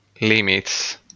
Limits